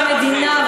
ולכך הוקמה מדינה,